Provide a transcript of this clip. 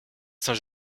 saint